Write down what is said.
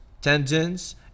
tendons